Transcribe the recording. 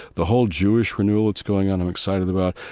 the whole jewish renewal that's going on, i'm excited about.